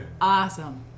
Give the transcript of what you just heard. Awesome